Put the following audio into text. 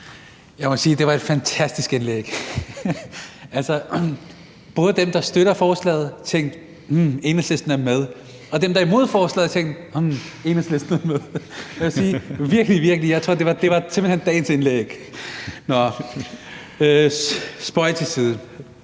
Jeg må sige, at det var et fantastisk indlæg. Dem, der støtter forslaget, tænkte: Enhedslisten er med. Og dem, der er imod forslaget, tænkte: Enhedslisten er med. Jeg tror simpelt hen, det var dagens indlæg. Nå, spøg til side.